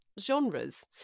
genres